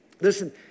listen